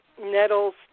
nettles